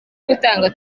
gutanga